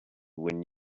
when